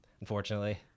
Unfortunately